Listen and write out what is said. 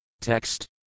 Text